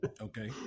okay